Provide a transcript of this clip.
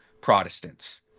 Protestants